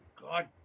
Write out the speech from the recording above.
God